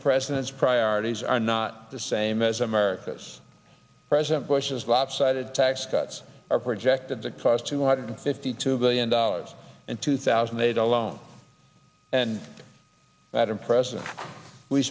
president's priorities are not the same as america's president bush's lopsided tax cuts are projected to cost two hundred fifty two billion dollars in two thousand made alone and that i'm president we